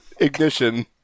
ignition